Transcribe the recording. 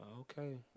Okay